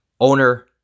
Owner